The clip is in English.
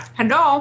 Hello